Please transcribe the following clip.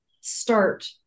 start